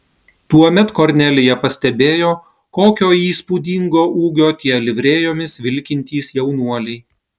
tuomet kornelija pastebėjo kokio įspūdingo ūgio tie livrėjomis vilkintys jaunuoliai